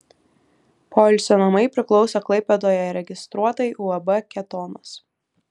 poilsio namai priklauso klaipėdoje registruotai uab ketonas